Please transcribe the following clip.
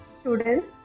students